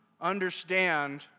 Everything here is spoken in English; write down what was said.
understand